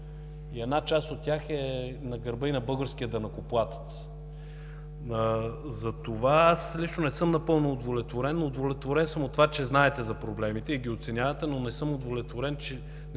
и една част от тях е на гърба на българския данъкоплатец. Затова аз лично не съм напълно удовлетворен. Удовлетворен съм от това, че знаете за проблемите и ги оценявате, но не съм удовлетворен, че